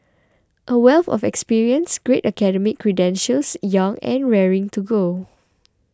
a wealth of experience great academic credentials young and raring to go